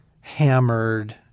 hammered